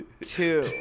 two